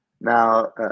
Now